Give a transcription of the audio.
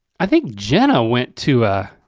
i think jenna went to a